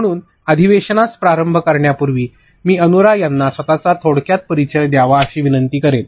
म्हणून अधिवेशनास प्रारंभ करण्यापूर्वी मी अनुरा यांना स्वतःचा थोडक्यात परिचय द्यावा अशी विनंती करेन